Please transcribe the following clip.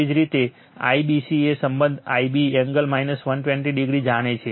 એવી જ રીતે IBC તે સંબંધ Ib એંગલ 120o જાણે છે